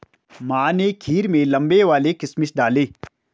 माँ ने खीर में लंबे वाले किशमिश डाले